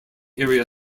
area